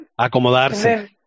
Acomodarse